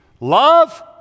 Love